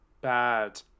bad